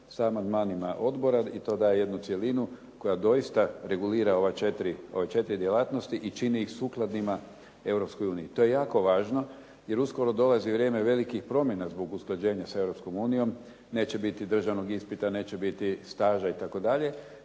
amandmanima odbora i to daje jednu cjelinu koja doista regulira ove četiri djelatnosti i čini ih sukladnima Europskoj uniji. To je jako važno jer uskoro dolazi vrijeme velikih promjena zbog usklađenja sa Europskom unijom. Neće biti državnog ispita, neće biti staža itd.,